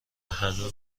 هنوزم